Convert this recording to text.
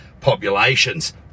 populations